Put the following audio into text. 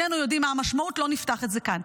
שנינו יודעים מה המשמעות, לא נפתח את זה כאן.